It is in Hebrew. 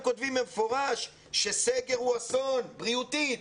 שבו הם כותבים במפורש שסגר הוא אסון בריאותי.